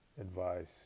advice